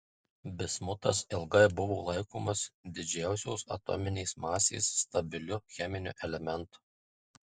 bismutas ilgai buvo laikomas didžiausios atominės masės stabiliu cheminiu elementu